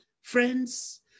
Friends